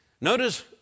Notice